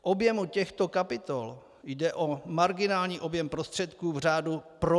V objemu těchto kapitol jde o marginální objem prostředků v řádu promile.